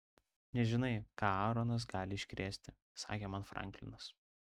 nežinai ką aaronas gali iškrėsti sakė man franklinas